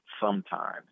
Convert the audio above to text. sometime